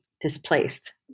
displaced